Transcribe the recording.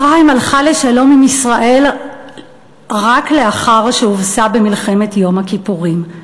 מצרים הלכה לשלום עם ישראל רק לאחר שהובסה במלחמת יום הכיפורים.